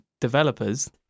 Developers